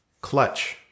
Clutch